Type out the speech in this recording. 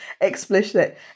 explicit